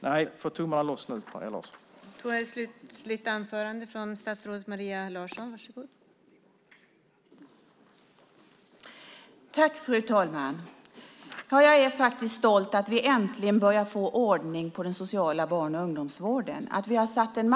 Nej, få ur tummen nu, Maria Larsson!